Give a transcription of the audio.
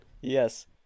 Yes